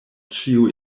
ĉiu